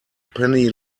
penny